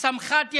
הסמח"ט ידע,